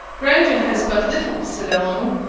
grandeur has but little, said elinor,